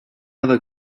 other